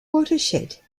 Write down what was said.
watershed